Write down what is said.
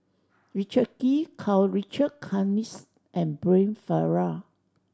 Richard Kee Karl Richard Hanitsch and Brian Farrell